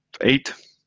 eight